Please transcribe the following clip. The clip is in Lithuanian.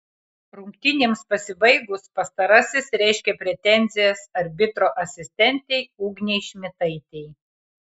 rungtynėms pasibaigus pastarasis reiškė pretenzijas arbitro asistentei ugnei šmitaitei